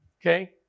okay